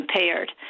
impaired